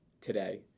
today